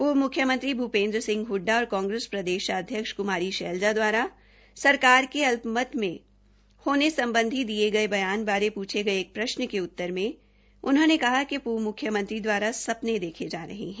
पूर्व म्ख्यमंत्री भूपेन्द्र सिंह हडडा औश्र कांग्रेस प्रदेशाध्यक्ष क्मारी शैलजा द्वारा सरकार के अल्पमत में होने सम्बधी दिये गये बयान बारे पूछे एक प्रशन के उत्तर में उन्होंने कहा कि पूर्व म्ख्यमंत्री द्वारा सपने देखे जा रहे है